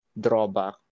drawback